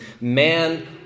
man